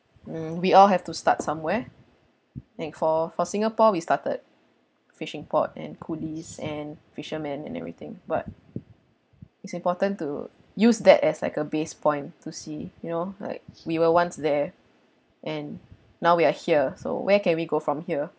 mm we all have to start somewhere like for for singapore we started fishing port and coolies and fishermen and everything but it's important to use that as like a base point to see you know like we were once there and now we are here so where can we go from here